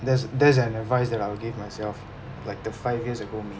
that's that's an advice that I would give myself like the five years ago me